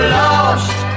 lost